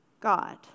God